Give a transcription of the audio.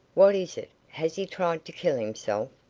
what is it has he tried to kill himself?